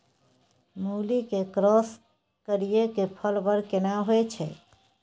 मूली के क्रॉस करिये के फल बर केना होय छै?